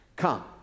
Come